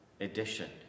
edition